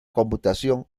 computación